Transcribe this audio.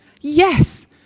Yes